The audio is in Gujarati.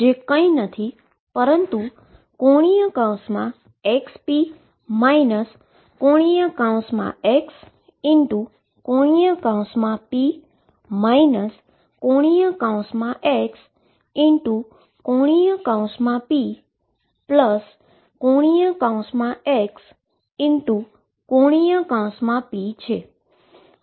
જે કંઈ નથી પરંતુ ⟨xp⟩ ⟨x⟩⟨p⟩ ⟨x⟩⟨p⟩⟨x⟩⟨p⟩ છે